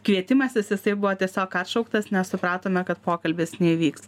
kvietimas jis jisai buvo tiesiog atšauktas nes supratome kad pokalbis neįvyks